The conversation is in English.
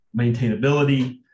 maintainability